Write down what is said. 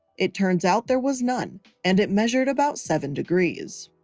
it turns out there was none. and it measured about seven degrees.